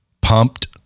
pumped